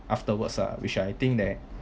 afterwards ah which I think that